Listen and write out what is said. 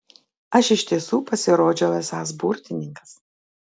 aš iš tiesų pasirodžiau esąs burtininkas